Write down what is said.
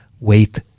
wait